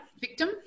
victim